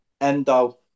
Endo